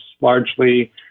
largely